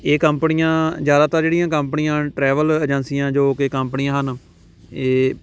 ਇਹ ਕੰਪਨੀਆਂ ਜ਼ਿਆਦਾਤਰ ਜਿਹੜੀਆਂ ਕੰਪਨੀਆਂ ਹਨ ਟਰੈਵਲ ਏਜੰਸੀਆਂ ਜੋ ਕਿ ਕੰਪਨੀਆਂ ਹਨ ਇਹ